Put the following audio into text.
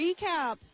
recap